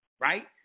Right